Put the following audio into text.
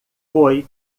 foi